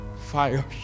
Fire